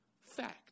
fact